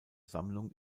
sammlung